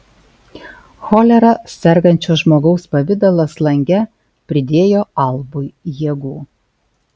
cholera sergančio žmogaus pavidalas lange pridėjo albui jėgų